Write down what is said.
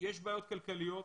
יש בעיות כלכליות,